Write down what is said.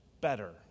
better